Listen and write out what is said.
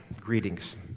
Greetings